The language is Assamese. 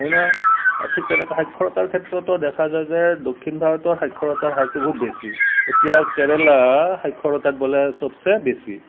হয়না ঠিক তেনেকৈ সাক্ষৰতাৰ ক্ষেত্ৰতো দেখা যায় যে দক্ষিণ ভাৰতৰ সাক্ষৰতাৰ হাৰটো বহুত বেছি এতিয়া কেৰেলা সাক্ষৰতাত বোলে চবচে বেছি